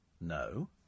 No